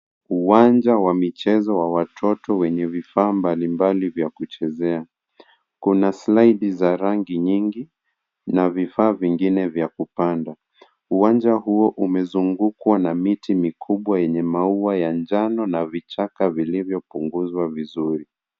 Uwanja wa michezo wa watoto wenye vifaa mbali mbali vya kuchezea. Kuna slaidi za rangi nyingi na vifaa vingine vya kupanda. Uwanja huo umezungukwa na miti mikubwa yenye maua ya njano na vichaka vilivyo punguzwa vizuri.